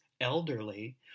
elderly